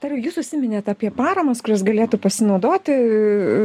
dariau jūs užsiminėt apie paramas kurias galėtų pasinaudoti